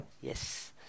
Yes